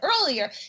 earlier